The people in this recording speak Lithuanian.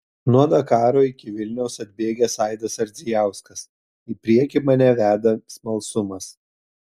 nuo dakaro iki vilniaus atbėgęs aidas ardzijauskas į priekį mane veda smalsumas